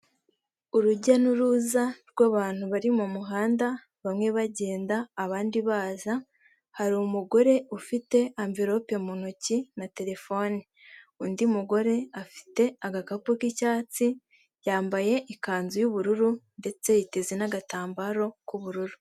Urujya n'uruza rw'abantu bari mu muhanda bamwe bagenda abandi baza hariru umugore ufite amverope mu ntoki na terefone undi mugore afite agakapu k'icyatsi yambaye ikanzu yu'ubururu ndetse yiteze n'agatambaro k'ubururu.